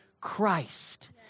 Christ